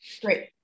great